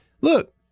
look